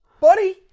buddy